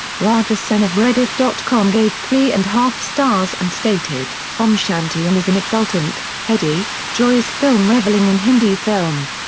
raja sen of rediff dot com gave three and half stars and stated, om shanti om is an exultant, heady, joyous film reveling in hindi films,